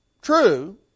true